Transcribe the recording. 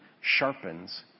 sharpens